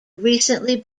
recently